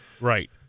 Right